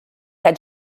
had